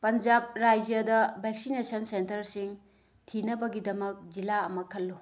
ꯄꯟꯖꯥꯕ ꯔꯥꯖ꯭ꯌꯥꯗ ꯕꯦꯛꯁꯤꯅꯦꯁꯟ ꯁꯦꯟꯇꯔꯁꯤꯡ ꯊꯤꯅꯕꯒꯤꯗꯃꯛ ꯖꯤꯜꯂꯥ ꯑꯃ ꯈꯜꯂꯨ